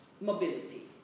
mobility